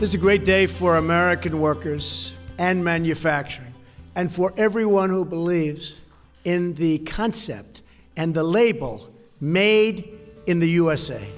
there's a great day for american workers and manufacturers and for everyone who believes in the concept and the label made in the u